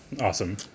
Awesome